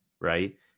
right